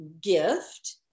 gift